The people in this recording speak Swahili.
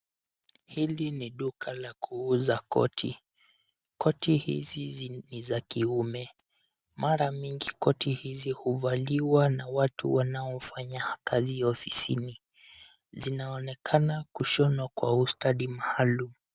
Hili ni duka la kuuza koti, koti hizi ni za kiume. Mara mingi koti hizi huvaliwa na watu wanaofanya kazi ofisini, zinaonekana kushonwa kwa ustadi maalum.